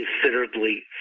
considerably